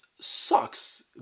sucks